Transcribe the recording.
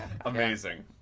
Amazing